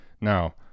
now